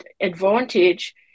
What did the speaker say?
Advantage